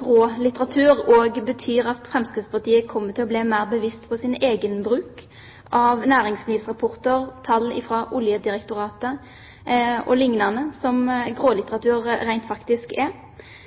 grålitteratur også betyr at Fremskrittspartiet kommer til å bli mer bevisst på sin egen bruk av næringslivsrapporter, tall fra Oljedirektoratet o.l., som grålitteratur rent faktisk er.